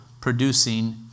producing